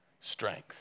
Strength